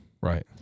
right